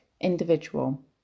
individual